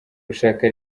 gushaka